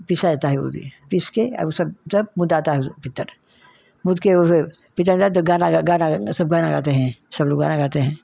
पीसा जाता है उरदी पीस के आ ऊ सब जब मुदाता है उ सब पित्तर मुद के उहे त गाना गा गाना गा सब गाना गाते हैं सब लोग गाना गाते हैं